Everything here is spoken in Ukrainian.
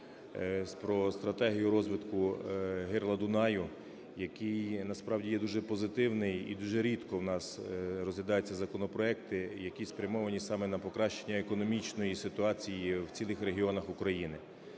про стратегію розвитку гирла Дунаю, який насправді є дуже позитивний. І дуже рідко в нас розглядаються законопроекти, які спрямовані саме на покращення економічної ситуації в цілих регіонах України.